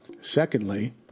Secondly